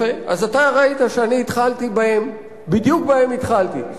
אתה ראית שאני התחלתי בהם, בדיוק בהם התחלתי.